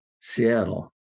Seattle